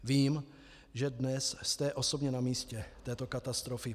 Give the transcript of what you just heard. Vím, že dnes jste osobně na místě této katastrofy.